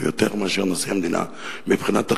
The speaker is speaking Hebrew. או ליותר מאשר נשיא המדינה מבחינת התקופה,